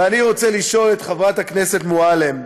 ואני רוצה לשאול את חברת הכנסת מועלם: